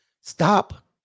stop